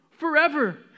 forever